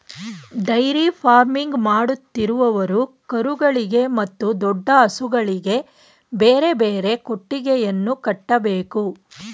dairy farming ಮಾಡುತ್ತಿರುವವರು ಕರುಗಳಿಗೆ ಮತ್ತು ದೊಡ್ಡ ಹಸುಗಳಿಗೆ ಬೇರೆ ಬೇರೆ ಕೊಟ್ಟಿಗೆಯನ್ನು ಕಟ್ಟಬೇಕು